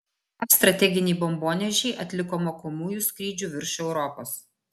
jav strateginiai bombonešiai atliko mokomųjų skrydžių virš europos